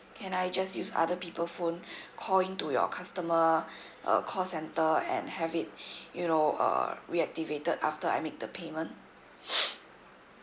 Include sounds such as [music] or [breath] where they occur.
can I just use other people phone [breath] call in to your customer [breath] uh call centre and have it [breath] you know uh reactivated after I make the payment